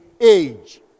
age